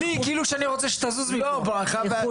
תודה רבה.